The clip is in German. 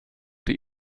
die